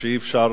שאי-אפשר